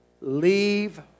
leave